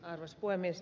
arvoisa puhemies